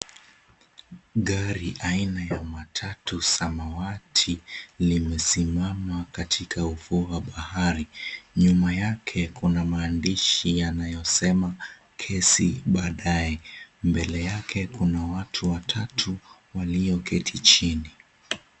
Gari aina ya matatu samawati limesimama katika ufuo wa bahari. Nyuma yake kuna maandishi yanayosema kesi baadaye. Mbele yake kuna watu watatu walioketi chini.